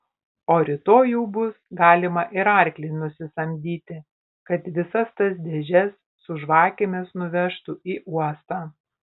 o rytoj jau bus galima ir arklį nusisamdyti kad visas tas dėžes su žvakėmis nuvežtų į uostą